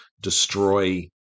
destroy